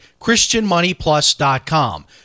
christianmoneyplus.com